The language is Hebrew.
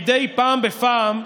מדי פעם בפעם,